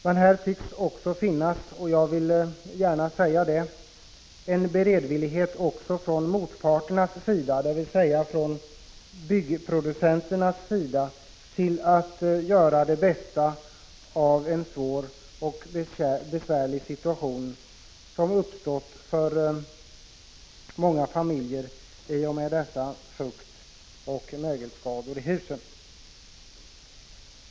Men här tycks också finnas — jag vill gärna säga det — en beredvillighet även från motparternas sida, dvs. från byggproducenternas sida, att göra det bästa av en svår situation som uppstått för många familjer i och med dessa fuktoch mögelskador i husen.